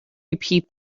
repeat